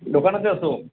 দোকানতে আছোঁ